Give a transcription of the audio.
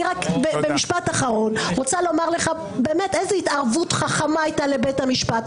אני רוצה לומר לך איזו התערבות חכמה הייתה לבית המשפט.